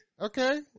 Okay